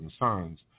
concerns